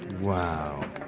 Wow